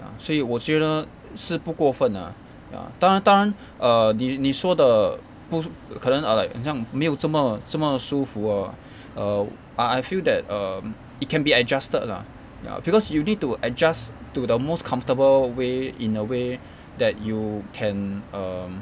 ah 所以我觉得是不过份 lah ya 当然当然 err 你你说的不可能 err like 很像没有这么这么舒服 err err I I feel that um it can be adjusted lah ya because you need to adjust to the most comfortable way in a way that you can um